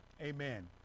amen